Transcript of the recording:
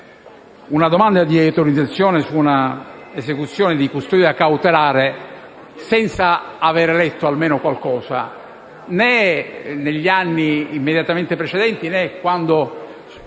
una domanda di autorizzazione su una esecuzione di custodia cautelare senza aver letto almeno qualcosa, né negli anni immediatamente precedenti, né quando